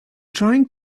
trying